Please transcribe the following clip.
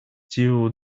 tiu